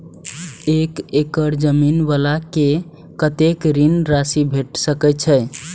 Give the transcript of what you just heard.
एक एकड़ जमीन वाला के कतेक ऋण राशि भेट सकै छै?